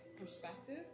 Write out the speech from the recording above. perspective